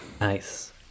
Nice